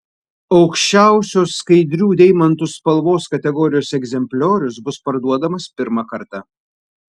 aukščiausios skaidrių deimantų spalvos kategorijos egzempliorius bus parduodamas pirmą kartą